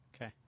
Okay